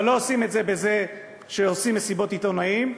אבל לא עושים את זה בזה שעושים מסיבות עיתונאים,